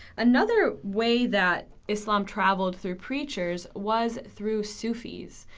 another way that islam traveled through preachers was through sufis.